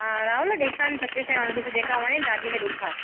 हा राहुल ॾेखारेनि सते सवें वारो ॾिसु जेका वणेनि दादीअ खे ॾेखारि